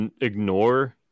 ignore